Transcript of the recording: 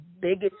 biggest